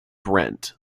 brent